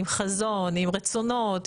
עם חזון עם רצונות,